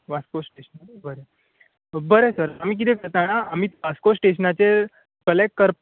Vasco station बरें बरें तर आमी कितें करता जाणां आमी वास्को स्टेशनाचेर कलेक्ट कर